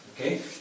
Okay